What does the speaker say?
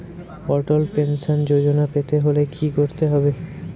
অটল pension Yojana পেতে হলে কি করতে হবে?